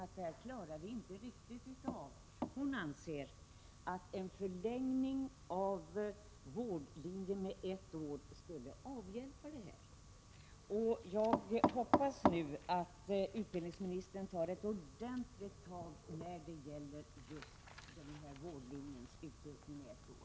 Denna sjukvårdslärare anser att en förlängning av vårdlinjen med ett år skulle hjälpa till att lösa problemen. Jag hoppas att utbildningsministern tar ett ordentligt tag när det gäller vårdlinjens förlängning med ett år.